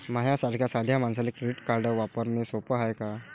माह्या सारख्या साध्या मानसाले क्रेडिट कार्ड वापरने सोपं हाय का?